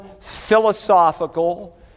philosophical